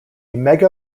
mega